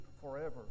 forever